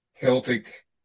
Celtic